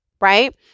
right